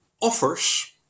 offers